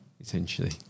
essentially